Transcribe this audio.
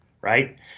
right